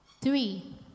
Three